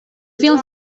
film